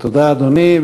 תודה, אדוני.